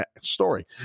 story